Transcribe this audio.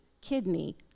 kidney